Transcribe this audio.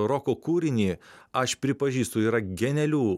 roko kūrinį aš pripažįstu yra genialių